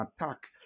attack